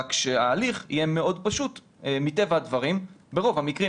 רק שההליך יהיה מאוד פשוט מטבע הדברים ברוב המקרים.